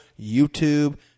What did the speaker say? YouTube